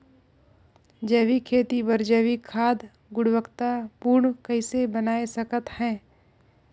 जैविक खेती बर जैविक खाद गुणवत्ता पूर्ण कइसे बनाय सकत हैं?